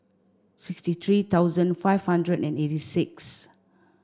sixty three thousand five hundred and eighty six